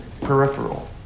peripheral